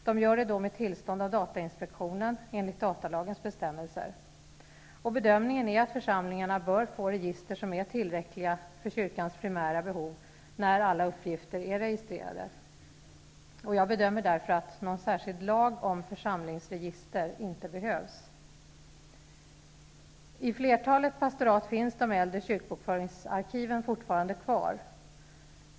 De gör det då med tillstånd av Bedömningen är att församlingarna bör få register som är tillräckliga för kyrkans primära behov, när alla uppgifter är registrerade. Jag bedömer därför att någon särskild lag om församlingsregister inte behövs. I flertalet pastorat finns de äldre kyrkobokföringsarkiven fortfarande kvar.